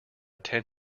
tend